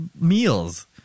meals